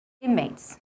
inmates